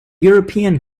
european